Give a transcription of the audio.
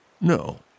No